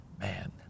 man